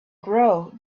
grow